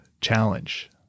challenge